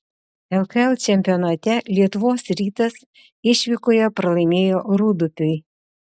lkl čempionate lietuvos rytas išvykoje pralaimėjo rūdupiui